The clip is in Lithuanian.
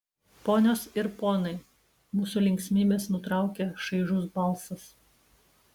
ponios ir ponai mūsų linksmybes nutraukia šaižus balsas